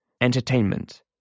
entertainment